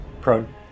Prone